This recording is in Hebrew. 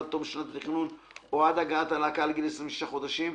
עד תום שנת התכנון או עד הגעת הלהקה לגיל 26 חודשים,